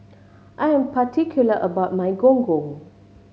I am particular about my Gong Gong